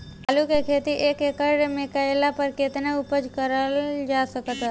आलू के खेती एक एकड़ मे कैला पर केतना उपज कराल जा सकत बा?